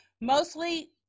mostly